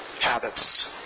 habits